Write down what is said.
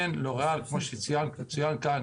כמו שצוין כאן,